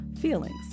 feelings